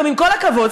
עם כל הכבוד,